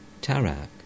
Tarak